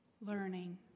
learning